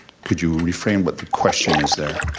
could you reframe what the question is there?